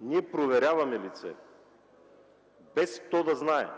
ние проверяваме лице, без то да знае.